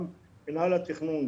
גם מנהל התכנון,